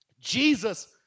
Jesus